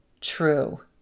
true